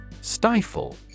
Stifle